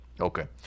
Okay